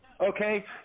Okay